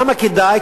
למה כדאי?